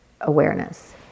awareness